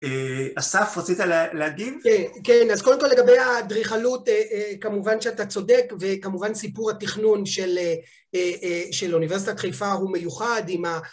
אה אסף, רצית להגיד? כן, כן, אז קודם כל לגבי האדריכלות, כמובן שאתה צודק, וכמובן סיפור התכנון של אה אה אה אוניברסיטת חיפה הוא מיוחד עם ה...